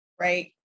right